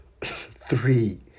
Three